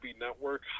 Network